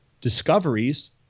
discoveries